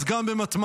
אז גם במתמטיקה,